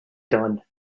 done